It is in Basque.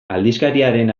aldizkariaren